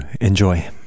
enjoy